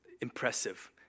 impressive